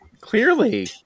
Clearly